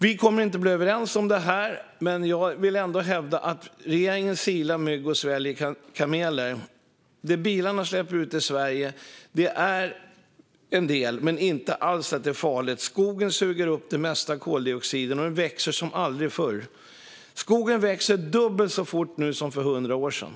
Vi kommer inte att bli överens om detta, men jag vill ändå hävda att regeringen silar mygg och sväljer kameler. Bilarna släpper ut en del i Sverige, men det är inte alls farligt. Skogen suger upp det mesta av koldioxiden, och den växer som aldrig förr. Skogen växer dubbelt så fort nu som för 100 år sedan.